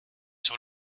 sur